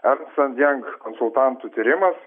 ernst end jang konsultantų tyrimas